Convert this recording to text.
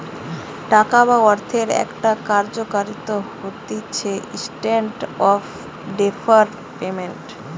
টাকা বা অর্থের একটা কার্যকারিতা হতিছেস্ট্যান্ডার্ড অফ ডেফার্ড পেমেন্ট